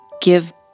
Give